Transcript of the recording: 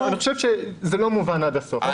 אני חושב שזה לא מובן עד הסוף.